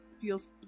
feels